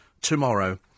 Tomorrow